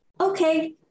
okay